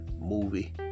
movie